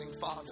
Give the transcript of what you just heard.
father